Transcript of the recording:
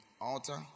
altar